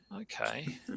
okay